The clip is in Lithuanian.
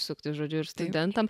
suktis žodžiu ir studentam